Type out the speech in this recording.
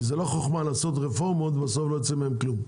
זו לא חוכמה לעשות רפורמות שבסוף לא יוצא מהן כלום.